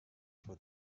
for